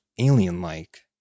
alien-like